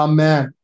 Amen